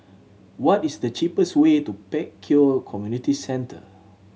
what is the cheapest way to Pek Kio Community Centre